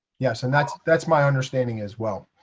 yes. and that's that's my understanding, as well.